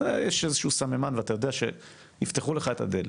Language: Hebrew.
שיש איזשהו סממן ויפתחו לך את הדלת.